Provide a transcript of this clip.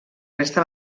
resta